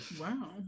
Wow